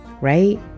right